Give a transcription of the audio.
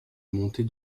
monter